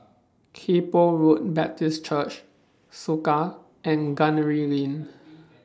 Kay Poh Road Baptist Church Soka and Gunner Lane